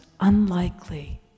unlikely